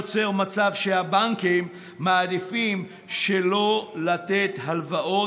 יוצר מצב שהבנקים מעדיפים שלא לתת הלוואות,